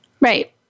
Right